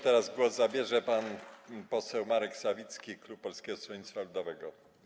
Teraz głos zabierze pan poseł Marek Sawicki, klub Polskiego Stronnictwa Ludowego.